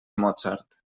mozart